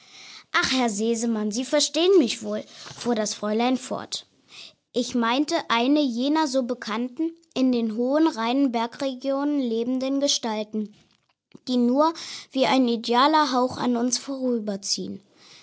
ach herr sesemann sie verstehen mich wohl fuhr das fräulein fort ich meinte eine jener so bekannten in den hohen reinen bergregionen lebenden gestalten die nur wie ein idealer hauch an uns vorüberziehen